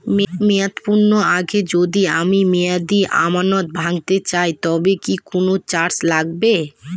মেয়াদ পূর্ণের আগে যদি আমি মেয়াদি আমানত ভাঙাতে চাই তবে কি কোন চার্জ লাগবে?